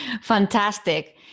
Fantastic